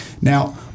Now